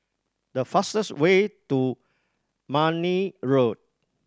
the fastest way to Marne Road